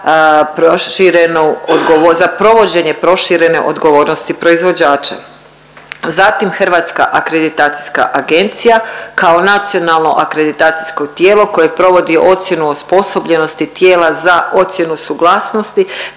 za provođenje proširene odgovornosti proizvođača. Zatim Hrvatska akreditacijska agencija kao nacionalno akreditacijsko tijelo koje provodi ocjenu osposobljenosti tijela za ocjenu suglasnosti